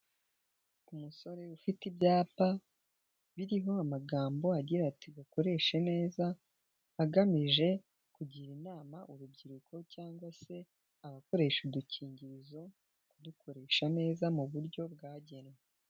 Umusore ufite ibyapa biriho amagambo agira ati bakoreshe neza agamije kugira inama urubyiruko cyangwa se abakoresha udukingirizo kudukoresha neza mu buryo bwagenwe.